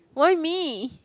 why me